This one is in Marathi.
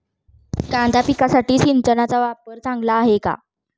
कांदा पिकासाठी सिंचनाचा वापर चांगला आहे का?